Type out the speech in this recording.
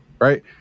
right